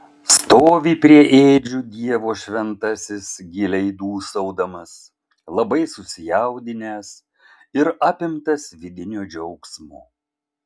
stovi prie ėdžių dievo šventasis giliai dūsaudamas labai susijaudinęs ir apimtas vidinio džiaugsmo